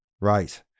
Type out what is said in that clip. right